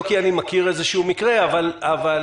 לא כי אני מכיר איזה שהוא מקרה אבל למשל: